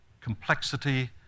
complexity